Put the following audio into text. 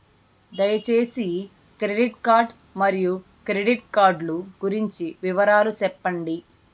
దయసేసి credit card మరియు credit card లు గురించి వివరాలు సెప్పండి?